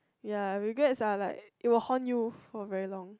ya regrets are like it will haunt you for very long